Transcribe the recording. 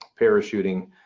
parachuting